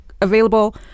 available